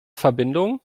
verbindung